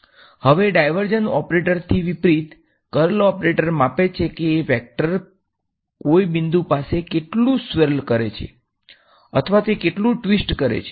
હવે ડાયવર્ઝન ઓપરેટરથી વિપરીત કર્લ ઓપરેટર માપે છે કે વેક્ટર કોઈ બિંદુ પાસે કેટલું ફરે છે અથવા તે કેટલું ટ્વિસ્ટ કરે છે